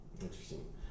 Interesting